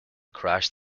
crash